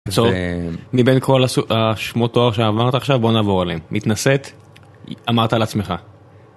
מבין כל השמות תואר שעברת עכשיו בוא נעבור עליהם מתנשאת אמרת על עצמך.